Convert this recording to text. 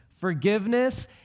forgiveness